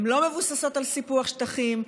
הן לא מבוססות על סיפוח שטחים,